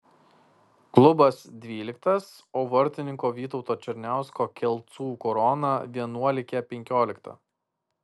klubas dvyliktas o vartininko vytauto černiausko kelcų korona vienuolikė penkiolikta